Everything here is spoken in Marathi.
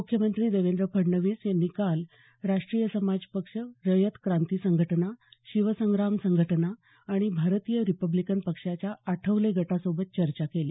मुख्यमंत्री देवेंद्र फडणवीस यांनी काल राष्ट्रीय समाज पक्ष रयत क्रांती संघटना शिवसंग्राम संघटना आणि भारतीय रिपब्लीकन पक्षाच्या आठवले गटासोबत चर्चा केली